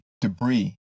debris